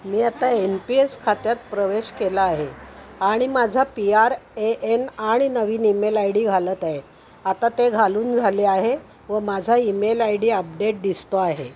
मी आता N P S खात्यात प्रवेश केला आहे आणि माझा पी आर ए एन आणि नवीन ईमेल आय डी घालत आहे आता ते घालून झाले आहे व माझा ईमेल आय डी अपडेट दिसतो आहे